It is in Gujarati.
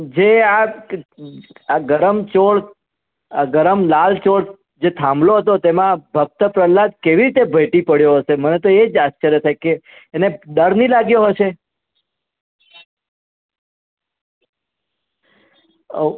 જે આ આ ગરમ ચોળ આ ગરમ લાલ ચોળ જે થાંભલો હતો તેમાં ભક્ત પ્રહલાદ કેવી રીતે ભેટી પડ્યો હશે મને તો એ જ આશ્ચર્ય થાય કે એને ડર નહીં લાગ્યો હશે